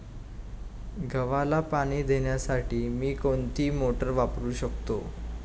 गव्हाला पाणी देण्यासाठी मी कोणती मोटार वापरू शकतो?